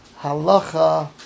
Halacha